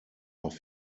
noch